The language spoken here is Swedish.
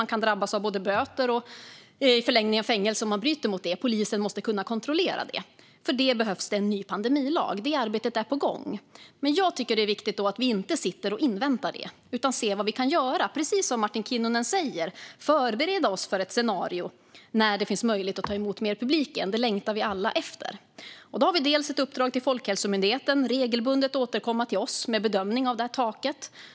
Man kan drabbas av både böter och i förlängningen fängelse om man bryter mot den. Polisen måste kunna kontrollera detta. För det behövs det en ny pandemilag, och det arbetet är på gång. Jag tycker att det är viktigt att vi inte sitter och inväntar detta utan, precis som Martin Kinnunen säger, ser vad vi kan göra och förbereder oss för ett scenario där det finns möjlighet att ta emot mer publik igen. Det längtar vi alla efter. Vi har dels ett uppdrag till Folkhälsomyndigheten att regelbundet återkomma till oss med en bedömning av taket.